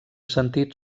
sentit